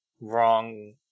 wrong